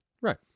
Right